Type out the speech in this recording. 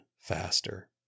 faster